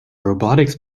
robotics